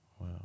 Wow